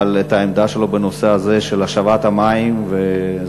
אבל את העמדה שלו בנושא הזה של השבת המים וזה